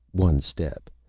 one step,